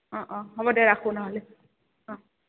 অঁ অঁ হ'ব দে ৰাখোঁ নহ'লে অঁ